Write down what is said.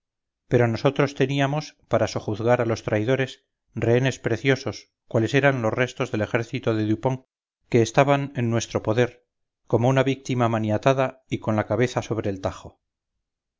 pero nosotros teníamos para sojuzgar a los traidores rehenes preciosos cuales eran los restos del ejército de dupont que estaban en nuestro poder como una víctima maniatada y con la cabeza sobre el tajo